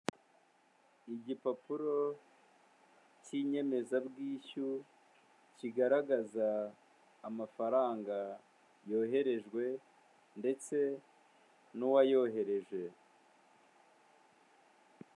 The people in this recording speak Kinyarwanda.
Igipapuro cy'inyemezabwishyu kigaragaza amafaranga yoherejwe ndetse n'uwayohereje.